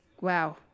wow